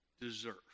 deserve